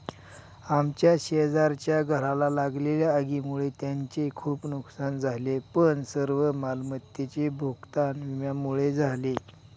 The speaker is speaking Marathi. आमच्या शेजारच्या घराला लागलेल्या आगीमुळे त्यांचे खूप नुकसान झाले पण सर्व मालमत्तेचे भूगतान विम्यामुळे झाले